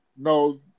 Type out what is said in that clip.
No